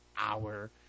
hour